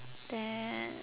then